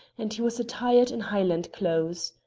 and he was attired in highland clothes.